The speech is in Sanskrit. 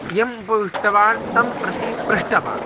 यम् उपविष्टवान् तं प्रति पृष्टवान्